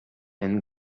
and